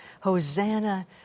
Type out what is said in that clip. Hosanna